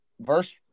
verse